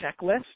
checklist